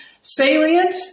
Salient